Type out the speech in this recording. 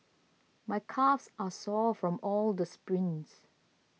My calves are sore from all the sprints